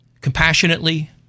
Compassionately